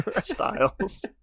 styles